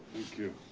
thank you.